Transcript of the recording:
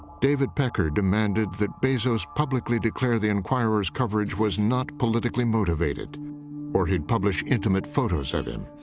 david pecker demanded that bezos publicly declare the enquirer's coverage was not politically motivated or he'd publish intimate photos of him.